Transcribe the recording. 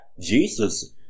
Jesus